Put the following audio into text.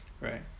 right